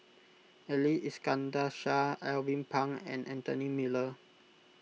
Ali Iskandar Shah Alvin Pang and Anthony Miller